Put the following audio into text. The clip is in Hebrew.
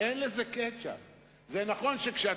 כי אחרת היינו נכנסים לבחירות,